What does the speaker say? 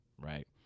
right